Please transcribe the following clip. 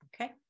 Okay